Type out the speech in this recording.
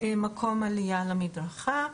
מקום עלייה למדרכה.